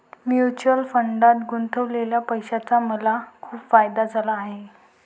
mutual फंडात गुंतवलेल्या पैशाचा मला खूप फायदा झाला आहे